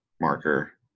marker